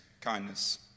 kindness